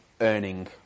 earning